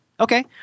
Okay